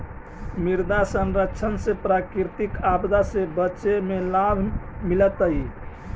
मृदा संरक्षण से प्राकृतिक आपदा से बचे में लाभ मिलतइ